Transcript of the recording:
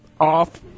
off